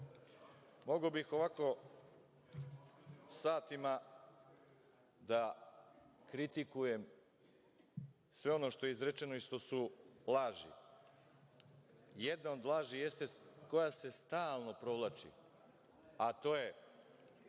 bih ovako satima da kritikujem sve ono što je izrečeno i što su laži. Jedna od laži jeste, koja se stalno provlači, a to je